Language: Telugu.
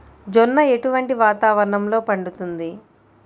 జొన్న ఎటువంటి వాతావరణంలో పండుతుంది?